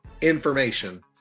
Information